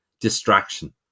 distraction